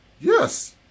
Yes